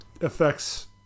affects